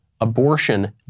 abortion